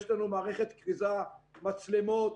יש לנו מערכת כריזה, מצלמות,